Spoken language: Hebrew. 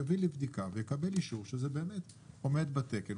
יביא לבדיקה ויקבל אישור שזה באמת עומד בתקן,